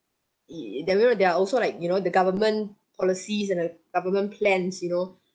it there remember there are also like you know the government policies and the government plans you know